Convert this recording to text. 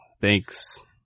thanks